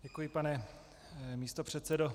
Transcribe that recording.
Děkuji, pane místopředsedo.